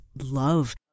love